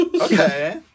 Okay